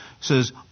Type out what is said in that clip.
says